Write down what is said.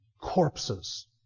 Corpses